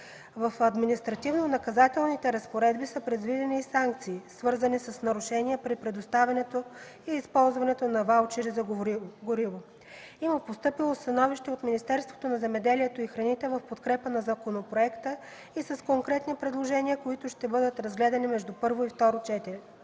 В Административнонаказателните разпоредби са предвидени и санкции, свързани с нарушения при предоставянето и използването на ваучери за гориво. Има постъпило становище от Министерството на земеделието и храните в подкрепа на законопроекта и с конкретни предложения, които ще бъдат разгледани между първо и